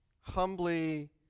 humbly